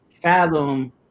fathom